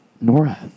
Nora